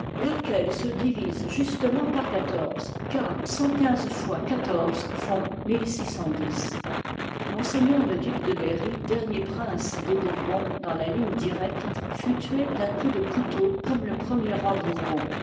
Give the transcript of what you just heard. laquelle se divise justement par car m le duc de berry dernier prince des bourbons dans la ligne directe fut tué d'un coup de couteau comme le premier roi bourbon